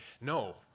No